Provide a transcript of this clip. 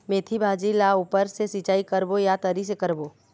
मेंथी भाजी ला ऊपर से सिचाई करबो या तरी से करबो?